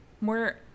More